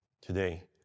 Today